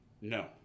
No